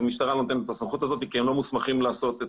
המשטרה לא נותנת את הסמכות הזאת כי הם לא מוסמכים לעשות את